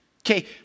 okay